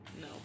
No